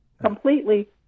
completely